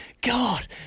God